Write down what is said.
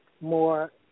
more